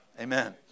Amen